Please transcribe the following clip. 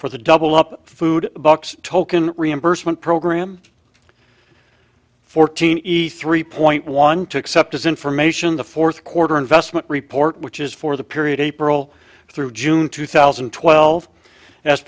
for the double up food bucks token reimbursement program fourteen e's three point one to accept as information the fourth quarter investment report which is for the period april through june two thousand and twelve as